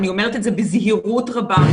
אני אומרת את זה בזהירות רבה,